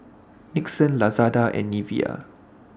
Nixon Lazada and Nivea